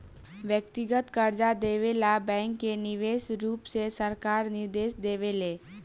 व्यक्तिगत कर्जा देवे ला बैंक के विशेष रुप से सरकार निर्देश देवे ले